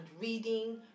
reading